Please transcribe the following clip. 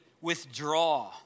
withdraw